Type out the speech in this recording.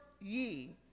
ye